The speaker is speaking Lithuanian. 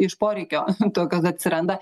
iš poreikio tokios atsiranda